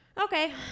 Okay